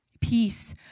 Peace